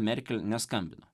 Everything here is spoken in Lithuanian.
merkel neskambino